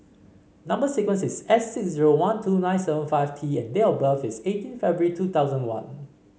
number sequence is S six zero one two nine seven five T and date of birth is eighteen February two thousand one